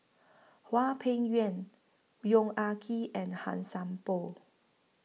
Hwang Peng Yuan Yong Ah Kee and Han Sai Por